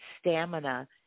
stamina